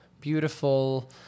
beautiful